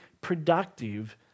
productive